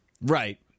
Right